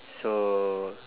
so